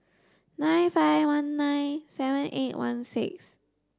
nine five one nine seven eight one six